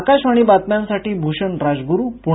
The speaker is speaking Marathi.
आकाशवाणी बातम्यांसाठी भूषण राजगुरू पुणे